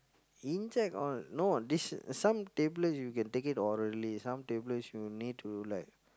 inside all no this some tablets you can take it orally some tablets you need to like